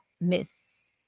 miss